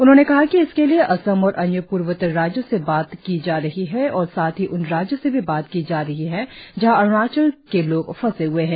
उन्होंने कहा कि इसके लिए असम और अन्य पूर्वोत्तर राज्यों से बात की जा रही है और साथ ही उन राज्यों से भी बात की जा रही है जहाँ अरुणाचल के लोग फंसे हए है